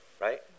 right